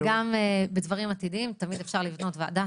וגם בדברים עתידיים תמיד אפשר לבנות ועדה